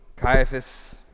Caiaphas